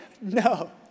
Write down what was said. no